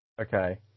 okay